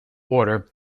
order